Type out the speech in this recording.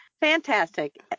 fantastic